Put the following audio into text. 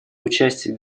участие